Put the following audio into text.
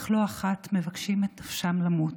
אך לא אחת מבקשים את נפשם למות,